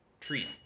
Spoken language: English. treat